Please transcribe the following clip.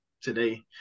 today